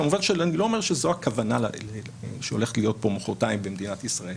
כמובן שאני לא אומר שזאת הכוונה שהולכת להיות כאן מוחרתיים במדינת ישראל